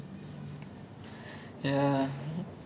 ya !wah! like he has life on easy mode ah